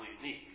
unique